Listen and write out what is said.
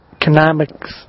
economics